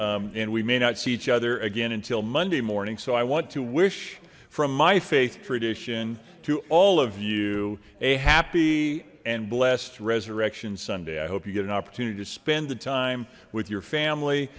and we may not see each other again until monday morning so i want to wish from my faith tradition to all of you a happy and blessed resurrection sunday i hope you get an opportunity to spend the time with your family